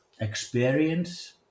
experience